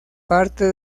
parte